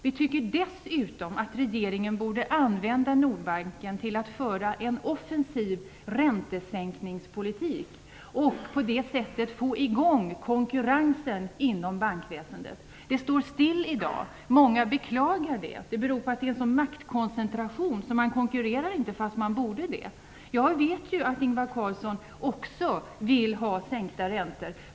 Vi tycker dessutom att regeringen borde använda Nordbanken till att föra en offensiv räntesänkningspolitik och på det sättet få i gång konkurrensen inom bankväsendet. Det står stilla i dag. Många beklagar det. Det beror på att det är en sådan maktkoncentration. Man konkurrerar inte fast man borde det. Jag vet att Ingvar Carlsson också vill ha sänkta räntor.